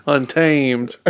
Untamed